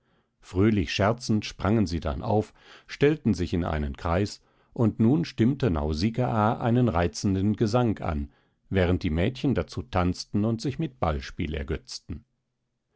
fröhlich scherzend sprangen sie dann auf stellten sich in einen kreis und nun stimmte nausikaa einen reizenden gesang an während die mädchen dazu tanzten und sich mit ballspiel ergötzten